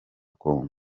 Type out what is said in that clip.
congo